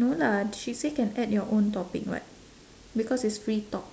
no lah she say can add your own topic [what] because it's free talk